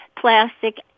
plastic